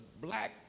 black